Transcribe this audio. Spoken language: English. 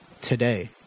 today